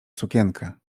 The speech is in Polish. sukienkę